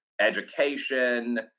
education